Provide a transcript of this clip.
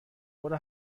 برو